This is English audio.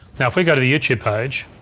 now if we go to a youtube page,